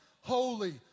holy